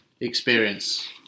experience